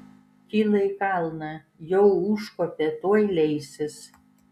kyla į kalną jau užkopė tuoj leisis